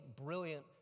brilliant